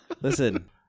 listen